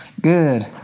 good